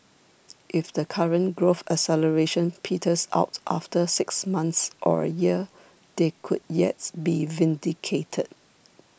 if the current growth acceleration peters out after six months or a year they could yet be vindicated